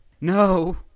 no